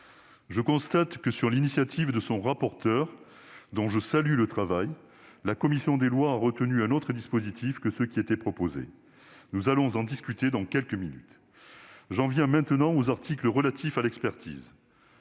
Je constate que, sur l'initiative de son rapporteur, dont je salue le travail, la commission des lois a retenu un autre dispositif que ceux qui étaient proposés. Nous allons en discuter dans quelques minutes. J'en viens maintenant aux articles relatifs à l'expertise.